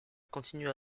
continuer